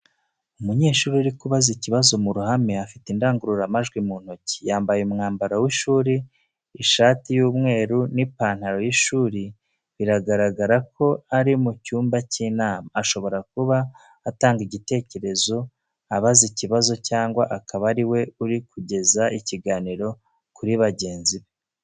Umunyeshuri uri kubaza ikibazo mu ruhame, afite indangururamajwi mu ntoki. Yambaye umwambaro w'ishuri ishati y'umweru n’ipantaro y’ishuri, biragaragara ko ari mu cyumba cy’inama. Ashobora kuba atanga igitekerezo, abaza ikibazo cyangwa akaba ari we uri kugeza ikiganiro kuri bagenzi be.